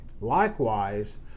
Likewise